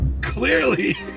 Clearly